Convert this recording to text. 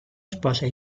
esposa